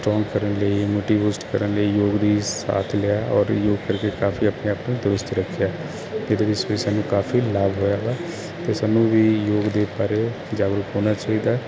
strong ਕਰਨ ਲਈ motivate ਕਰਨ ਲਈ ਯੋਗ ਦੀ ਸਾਥ ਲਿਆ ਔਰ ਯੋਗ ਕਰਕੇ ਕਾਫੀ ਆਪਣੇ ਆਪ ਨੂੰ ਦਰੁਸਤ ਰੱਖਿਆ ਇਹਦੇ ਵਿੱਚ ਫਿਰ ਸਾਨੂੰ ਕਾਫੀ ਲਾਭ ਹੋਇਆ ਤੇ ਸਾਨੂੰ ਵੀ ਯੋਗ ਦੇ ਬਾਰੇ ਜਾਗਰੂਕ ਹੋਣਾ ਚਾਹੀਦਾ